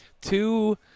Two